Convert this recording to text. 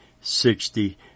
sixty